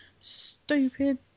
stupid